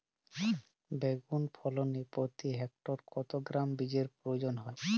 বেগুন ফলনে প্রতি হেক্টরে কত গ্রাম বীজের প্রয়োজন হয়?